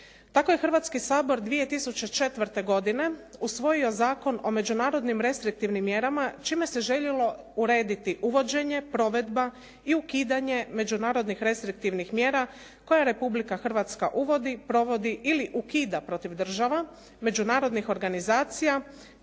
Tako je Hrvatski sabor 2004. godine usvojio Zakon o međunarodnim restriktivnim mjerama čime se željelo urediti uvođenje, provedba i ukidanje međunarodnih restriktivnih mjera koje Republika Hrvatska uvodi, provodi ili ukida protiv država, međunarodnih organizacija,